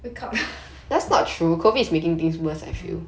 wake up lah